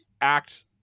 act